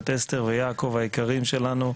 את אסתר ויעקב היקרים שלנו,